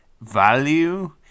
value